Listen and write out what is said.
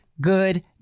good